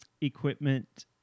equipment